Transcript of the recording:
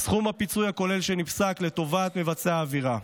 "סכום הפיצוי הכולל שנפסק לחובת מבצע העבירה".